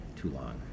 too-long